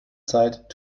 zeit